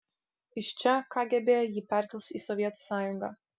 iš čia kgb jį perkels į sovietų sąjungą